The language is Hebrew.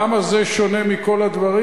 למה זה שונה מכל הדברים?